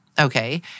Okay